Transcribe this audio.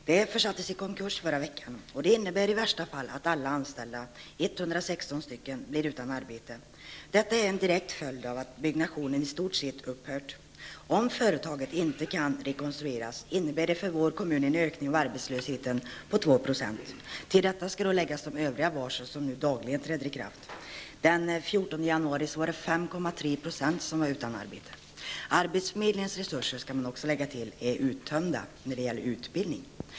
Det företaget sattes i konkurs i förra veckan, och det innebär i värsta fall att alla 116 anställda blir utan arbete. Detta är en direkt följd av att byggnationen i stort sett upphört. Om företaget inte kan rekonstrueras innebär det för vår kommun en ökning av arbetslösheten med 2 %. Till detta skall läggas de övriga varsel som nu dagligen träder i kraft. Den 14 januari var 5,3 % utan arbete. Till detta kan också läggas att arbetsförmedlingens resurser när det gäller utbildning är uttömda.